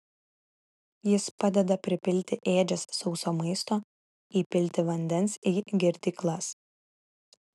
jis padeda pripilti ėdžias sauso maisto įpilti vandens į girdyklas